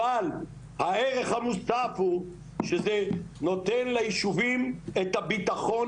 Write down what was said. אבל הערך המוסף הוא שזה נותן ליישובים את הביטחון